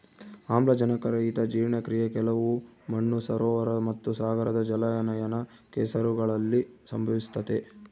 ಆಮ್ಲಜನಕರಹಿತ ಜೀರ್ಣಕ್ರಿಯೆ ಕೆಲವು ಮಣ್ಣು ಸರೋವರ ಮತ್ತುಸಾಗರದ ಜಲಾನಯನ ಕೆಸರುಗಳಲ್ಲಿ ಸಂಭವಿಸ್ತತೆ